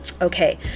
okay